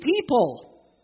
people